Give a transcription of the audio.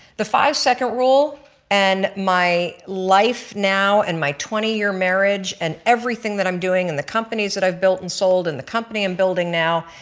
the five second rule and my life now and my twenty year marriage and everything that i'm doing and the companies that i've built and sold and the company i'm building now,